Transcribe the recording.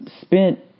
spent